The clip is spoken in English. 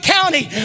County